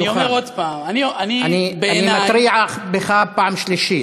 אני אומר עוד פעם: בעיני, אני מתרה בך פעם שלישית.